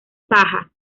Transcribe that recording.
paja